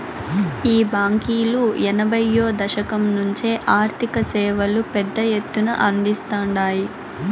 ఈ బాంకీలు ఎనభైయ్యో దశకం నుంచే ఆర్థిక సేవలు పెద్ద ఎత్తున అందిస్తాండాయి